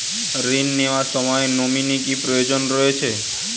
ঋণ নেওয়ার সময় নমিনি কি প্রয়োজন রয়েছে?